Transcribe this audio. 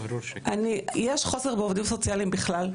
לצערי, יש חוסר בעובדים סוציאליים בכלל,